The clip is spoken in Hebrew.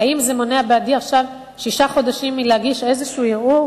האם זה מונע בעדי עכשיו שישה חודשים מלהגיש איזשהו ערעור?